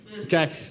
Okay